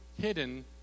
hidden